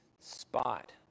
spot